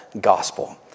gospel